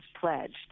pledged